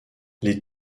les